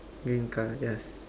green colour yes